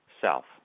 self